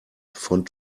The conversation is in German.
von